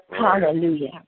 hallelujah